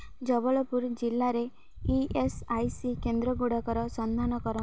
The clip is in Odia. ଜବଲପୁର ଜିଲ୍ଲାରେ ଇ ଏସ୍ ଆଇ ସି କେନ୍ଦ୍ର ଗୁଡ଼ିକର ସନ୍ଧାନ କରନ୍ତୁ